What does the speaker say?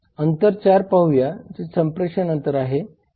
अंतर 4 पाहूया जे संप्रेषण अंतर आहे